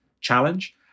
challenge